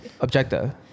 objective